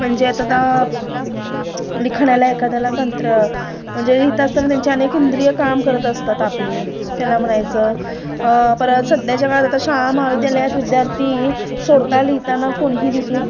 म्हणजे आता आता लिखाण्याला एखाद्याला तंत्र म्हणजे लिहिता असताना त्यांचे अनेक इंद्रियं काम करत असतात आपली त्याला म्हणायचं परत सध्याच्या काळात आता शाळा महाविद्यालयात विद्यार्थी सोडता लिहिताना कोणीही दिसू